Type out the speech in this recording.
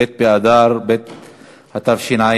ב' באדר ב' התשע"ד,